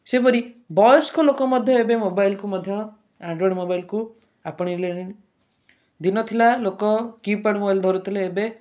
ସେପରି ବୟସ୍କ ଲୋକ ମଧ୍ୟ ଏବେ ମୋବାଇଲ୍କୁ ମଧ୍ୟ ଆଣ୍ଡ୍ରୋଏଡ଼୍ ମୋବାଇଲ୍କୁ ଆପଣେଇଲେଣି ଦିନ ଥିଲା ଲୋକ କିପ୍ୟାଡ଼୍ ମୋବାଇଲ୍ ଧରୁଥିଲେ ଏବେ